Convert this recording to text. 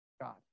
God